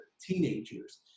teenagers